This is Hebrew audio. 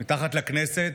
מתחת לכנסת.